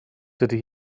dydy